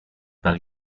dal